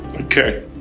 Okay